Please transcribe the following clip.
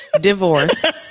divorce